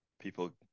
People